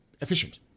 efficient